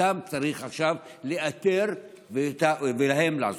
אותן צריך עכשיו לאתר ולהן לעזור.